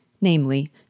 namely